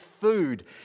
food